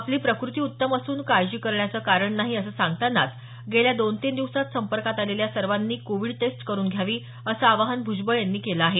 आपली प्रकृती उत्तम असून काळजी करण्याचे कारण नाही असं सांगतानाच गेल्या दोन तीन दिवसात संपर्कात अलेल्या सर्वांनी कोविड टेस्ट करून घ्यावी असं आवाहन भुजबळ यांनी केलं आहे